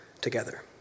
together